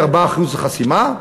3.5% 4% חסימה?